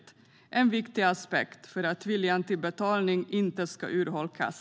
Det är en viktig aspekt för att viljan till betalning inte ska urholkas.